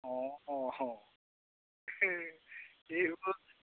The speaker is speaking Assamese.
অঁ